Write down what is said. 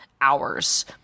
hours